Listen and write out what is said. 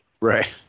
Right